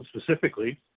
Specifically